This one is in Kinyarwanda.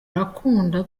arakunda